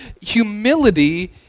humility